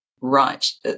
right